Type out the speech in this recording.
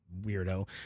weirdo